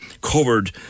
covered